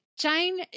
Jane